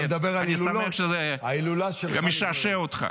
ההילולה שלך נגמרה.